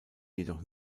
jedoch